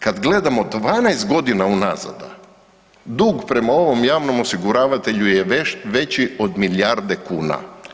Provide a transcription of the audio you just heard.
Kad gledamo 12 godina unazad, dug prema ovom javnom osiguravatelju je veći od milijardu kuna.